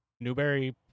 Newberry